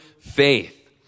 faith